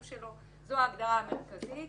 נמשיך.